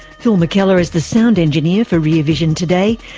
phil mckellar is the sound engineer for rear vision today.